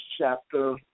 chapter